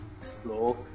explore